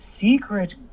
secret